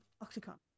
Octagon